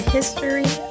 History